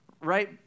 Right